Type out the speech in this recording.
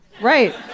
Right